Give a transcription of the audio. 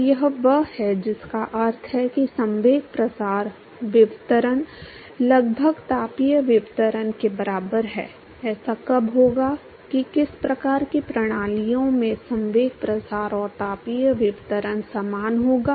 तो यह वह है जिसका अर्थ है कि संवेग प्रसार विवर्तन लगभग तापीय विवर्तन के बराबर है ऐसा कब होगा कि किस प्रकार की प्रणालियों में संवेग प्रसार और तापीय विवर्तन समान होगा